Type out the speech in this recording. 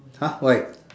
!huh! why